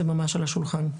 זה ממש על השולחן.